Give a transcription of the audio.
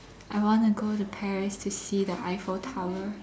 I wanna go to Paris to see the Eiffel Tower